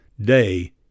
day